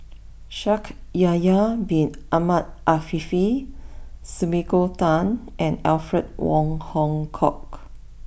Shaikh Yahya Bin Ahmed Afifi Sumiko Tan and Alfred Wong Hong Kwok